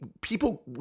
people